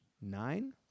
nine